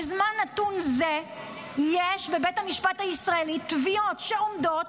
בזמן נתון זה יש בבית המשפט הישראלי תביעות שעומדות,